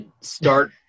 Start